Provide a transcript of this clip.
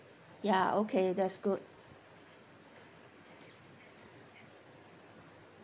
ya okay that's good